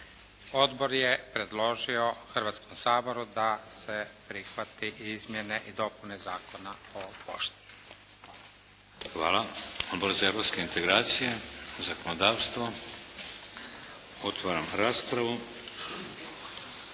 Odbor je predložio Hrvatskom saboru da se prihvati izmjene i dopune Zakona o pošti. **Šeks, Vladimir (HDZ)** Hvala. Odbor za europske integracije i zakonodavstvo. Otvaram raspravu.